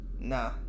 Nah